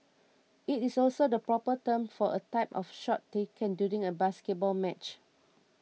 it is also the proper term for a type of shot taken during a basketball match